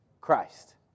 Christ